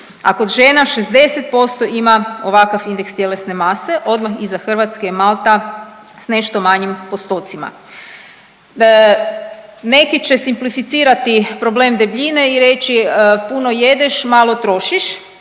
a kod žena 60% ima ovakav indeks tjelesne mase, odmah iza Hrvatske je Malta s nešto manjim postocima. Neki će simplificirati problem debljine i reći puno jedeš malo trošiš,